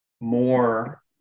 more